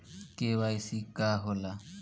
इ के.वाइ.सी का हो ला?